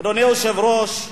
אדוני היושב-ראש,